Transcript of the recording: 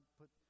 put